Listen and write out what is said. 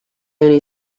only